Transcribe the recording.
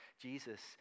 Jesus